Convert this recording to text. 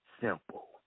Simple